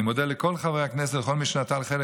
אני מודה לכל חברי הכנסת ולכל מי שנטל חלק